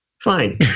Fine